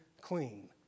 clean